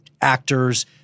actors